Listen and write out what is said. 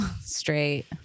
straight